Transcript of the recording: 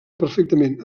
perfectament